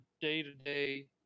day-to-day